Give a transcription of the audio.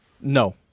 No